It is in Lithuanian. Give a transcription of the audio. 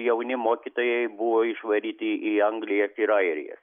jauni mokytojai buvo išvaryti į angliją tai yra airiją